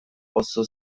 oso